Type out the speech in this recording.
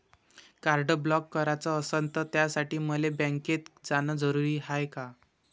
Card block कराच असनं त त्यासाठी मले बँकेत जानं जरुरी हाय का?